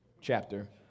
chapter